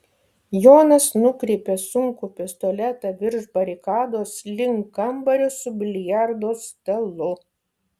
jonas nukreipė sunkų pistoletą virš barikados link kambario su biliardo stalu